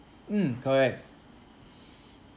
mm correct